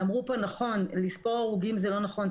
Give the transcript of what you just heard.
אמרו פה נכון שלספור הרוגים זה לא נכון,